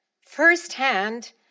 firsthand